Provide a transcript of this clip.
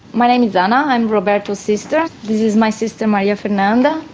my name is ana. i'm roberto's sister. this is my sister maria fernanda,